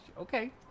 okay